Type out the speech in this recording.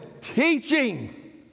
teaching